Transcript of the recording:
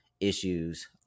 issues